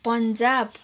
Punjab